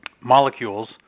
molecules